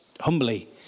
humbly